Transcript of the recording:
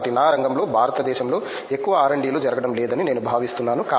కాబట్టి నా రంగంలో భారతదేశంలో ఎక్కువ R D లు జరగడం లేదని నేను భావిస్తున్నాను